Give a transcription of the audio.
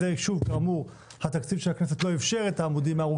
כמובן שהתיקון הזה יהיה כתיקון לחוק הניקוז.